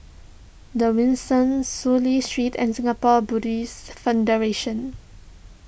the Windsor Soon Lee Street and Singapore Buddhist Federation